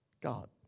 God